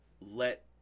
let